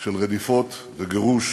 של רדיפות וגירוש,